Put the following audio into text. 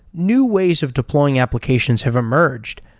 new ways of deploying applications have emerged.